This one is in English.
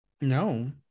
No